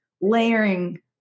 layering